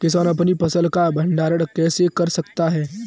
किसान अपनी फसल का भंडारण कैसे कर सकते हैं?